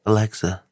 Alexa